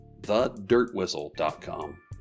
thedirtwhistle.com